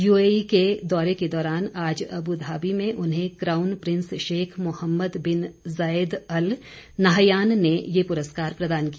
यूएईके दौरे के दौरान आज अबु धाबी में उन्हें crown prince Sheikh Mohammed bin Zayed Al Nahyan ने ये पुरस्कार प्रदान किया